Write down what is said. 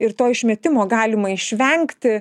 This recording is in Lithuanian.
ir to išmetimo galima išvengti